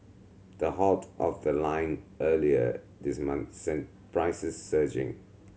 the halt of the line earlier this month sent prices surging